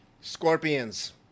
Scorpions